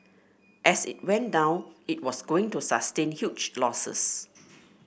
as it went down it was going to sustain huge losses